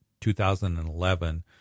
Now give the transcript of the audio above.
2011